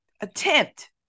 attempt